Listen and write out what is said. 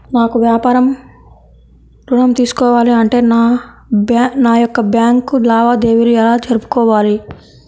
నాకు వ్యాపారం ఋణం తీసుకోవాలి అంటే నా యొక్క బ్యాంకు లావాదేవీలు ఎలా జరుపుకోవాలి?